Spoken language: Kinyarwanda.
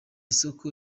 soko